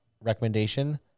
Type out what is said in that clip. recommendation